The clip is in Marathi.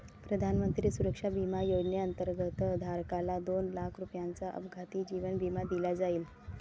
प्रधानमंत्री सुरक्षा विमा योजनेअंतर्गत, धारकाला दोन लाख रुपयांचा अपघाती जीवन विमा दिला जाईल